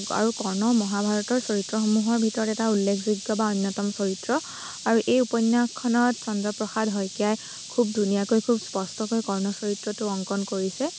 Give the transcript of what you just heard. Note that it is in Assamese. আৰু কৰ্ণ মহাভাৰতৰ চৰিত্ৰসমূহৰ ভিতৰত এটা উল্লেখযোগ্য বা অন্যতম চৰিত্ৰ আৰু এই উপন্যাসখনত চন্দ্ৰপ্ৰসাদ শইকীয়াই খুব ধুনীয়াকৈ খুব স্পষ্টকৈ কৰ্ণ চৰিত্ৰটো অংকণ কৰিছে